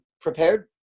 prepared